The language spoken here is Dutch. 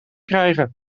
krijgen